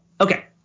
Okay